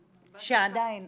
שעדיין,